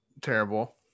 terrible